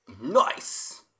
Nice